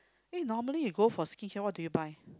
eh normally you go for skin care what do you buy